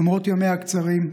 למרות ימיה הקצרים,